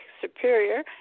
superior